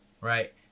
right